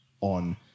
on